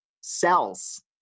cells